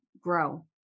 grow